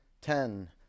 ten